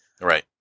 Right